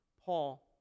Paul